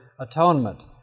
atonement